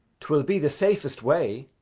twill be the safest way.